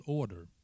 order